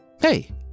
hey